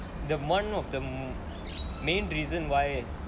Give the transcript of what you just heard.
the [one] of the main reason why